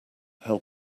held